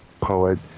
poet